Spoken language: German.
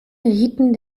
riten